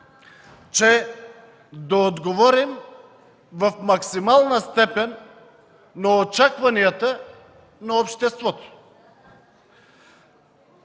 че да отговорим в максимална степен на очакванията на обществото.